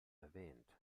erwähnt